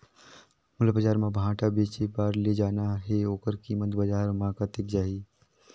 मोला बजार मां भांटा बेचे बार ले जाना हे ओकर कीमत बजार मां कतेक जाही?